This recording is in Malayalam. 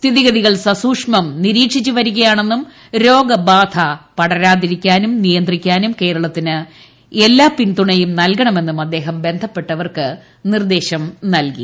സ്ഥിതിഗതികൾ സൂക്ഷ്മം നിരീക്ഷിച്ച് വരികയാണെന്നും രോഗബാധ പടരാതിരിക്കാനും നിയന്ത്രിക്കാനും കേരളത്തിന് എല്ലാ പിൻതുണയും നൽകണമെന്നും അദ്ദേഹം ബന്ധപ്പെട്ടവർക്ക് നിർദ്ദേശവും നൽകി